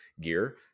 gear